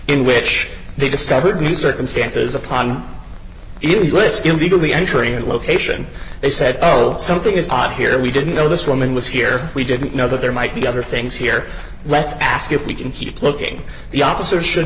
in which they discovered new circumstances upon even lisc illegally entering a location they said oh something is hot here we didn't know this woman was here we didn't know that there might be other things here let's ask if we can keep looking the officer should